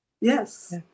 Yes